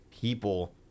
people